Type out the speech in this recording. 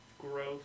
growth